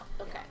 Okay